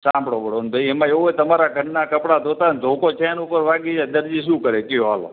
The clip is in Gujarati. સાંભળો બળવંતભઈ એમાં એવું છે તમારા ઘરનાં કપડાં ધોતા હોય અને ધોકો ચેન ઉપર વાગી જાય તો દરજી શું કરે કહો ચાલો